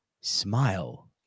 Smile